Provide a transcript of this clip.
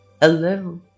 hello